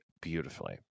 beautifully